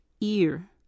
ear